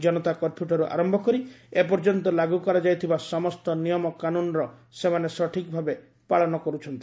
ଜନତା କର୍ଫ୍ୟଠାରୁ ଆରମ୍ଭ କରି ଏ ପର୍ଯ୍ୟନ୍ତ ଲାଗ୍ର କରାଯାଇଥିବା ସମସ୍ତ ନିୟମ କାନୁନ୍ର ସେମାନେ ସଠିକ୍ ଭାବେ ପାଳନ କରୁଛନ୍ତି